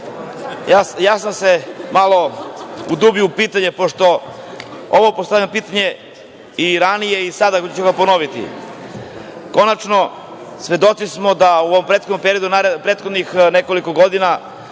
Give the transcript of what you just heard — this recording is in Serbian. sam se malo udubio u pitanje pošto ovo postavljam pitanje i ranije i sada su vam ponoviti. Konačno, svedoci smo da u ovom prethodnom periodu prethodnih nekoliko godina,